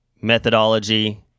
methodology